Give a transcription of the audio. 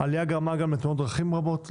עלייה גם בתאונות דרכים רבות,